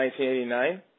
1989